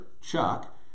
Chuck